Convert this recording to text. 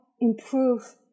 improve